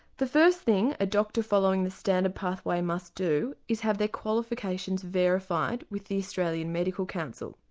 the first thing ah doctors following the standard pathway must do is have their qualifications verified with the australian medical council.